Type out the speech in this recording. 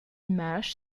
image